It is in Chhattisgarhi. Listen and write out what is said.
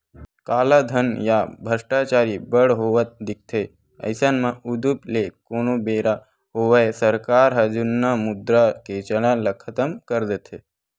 कालाधन या भस्टाचारी बड़ होवत दिखथे अइसन म उदुप ले कोनो बेरा होवय सरकार ह जुन्ना मुद्रा के चलन ल खतम कर देथे